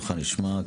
קולך נשמע.